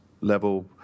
level